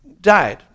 died